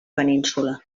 península